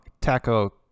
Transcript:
Taco